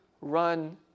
run